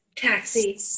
Taxi